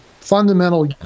fundamental